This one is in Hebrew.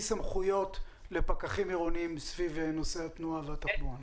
סמכויות לפקחים עירוניים סביב נושא התנועה והתחבורה,